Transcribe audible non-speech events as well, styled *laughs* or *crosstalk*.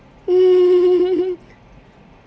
*laughs*